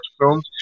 films